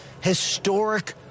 historic